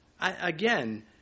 Again